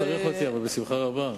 מוץ לא צריך אותי, אבל בשמחה רבה.